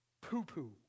poo-poo